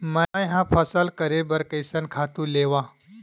मैं ह फसल करे बर कइसन खातु लेवां?